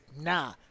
nah